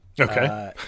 Okay